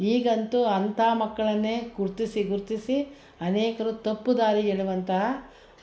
ಈಗಂತೂ ಅಂಥ ಮಕ್ಕಳನ್ನೇ ಗುರುತಿಸಿ ಗುರುತಿಸಿ ಅನೇಕರು ತಪ್ಪು ದಾರಿ ಇಡುವಂತಹ